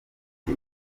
ati